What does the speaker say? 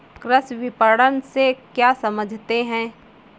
कृषि विपणन से क्या समझते हैं?